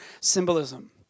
symbolism